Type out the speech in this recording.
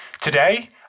Today